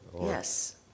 Yes